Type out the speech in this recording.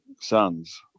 sons